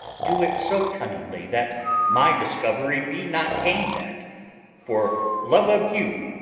do it so cunningly that my discovery be not aimed at for love of you,